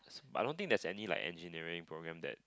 but I don't think there's any like Engineering program that